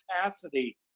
capacity